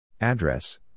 Address